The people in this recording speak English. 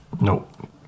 Nope